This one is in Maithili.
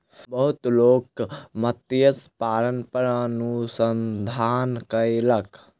बहुत लोक मत्स्य पालन पर अनुसंधान कयलक